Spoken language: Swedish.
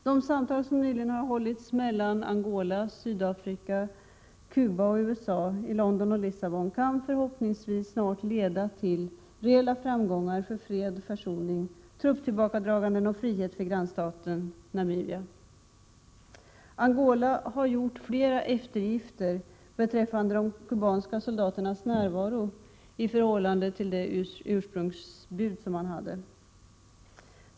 De samtal som nyligen har hållits mellan Angola, Sydafrika, Cuba och USA i London och Lissabon kan snart komma att leda till reella framgångar för fred, försoning, trupptillbakadraganden och frihet för grannstaten Namibia. Angola har gjort flera eftergifter beträffande de kubanska soldaternas närvaro i förhållande till ursprungsbudet.